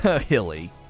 hilly